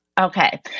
Okay